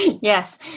Yes